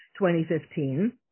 2015